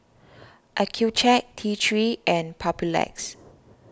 Accucheck T three and Papulex